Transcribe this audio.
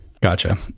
Gotcha